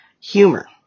Humor